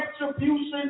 retribution